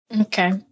okay